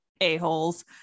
a-holes